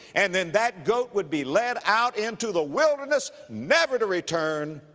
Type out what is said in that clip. and then that goat would be led out into the wilderness never to return,